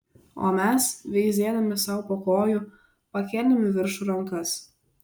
o mes veizėdami sau po kojų pakėlėm į viršų rankas